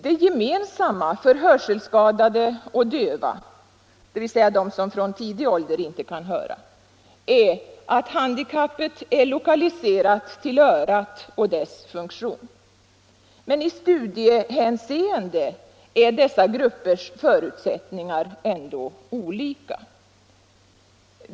Det gemensamma för hörselskadade och döva, dvs. de som från tidig ålder inte kan höra, är att handikappet är lokaliserat till örat och dess funktion. Men i studiehänseende är deras förutsättningar ändå olika.